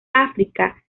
áfrica